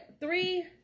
three